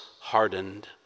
hardened